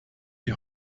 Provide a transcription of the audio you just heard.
die